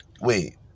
wait